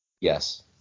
Yes